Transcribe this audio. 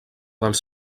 dels